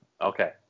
Okay